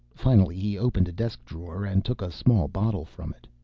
finally he opened a desk drawer and took a small bottle from it.